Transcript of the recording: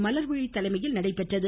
மலர்விழி தலைமையில் நடைபெற்றது